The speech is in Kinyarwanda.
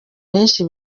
benshi